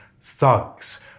thugs